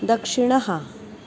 दक्षिणः